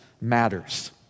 matters